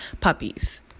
Puppies